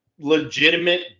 legitimate